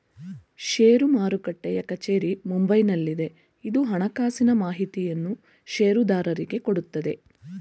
ಷೇರು ಮಾರುಟ್ಟೆಯ ಕಚೇರಿ ಮುಂಬೈನಲ್ಲಿದೆ, ಇದು ಹಣಕಾಸಿನ ಮಾಹಿತಿಯನ್ನು ಷೇರುದಾರರಿಗೆ ಕೊಡುತ್ತದೆ